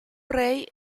rey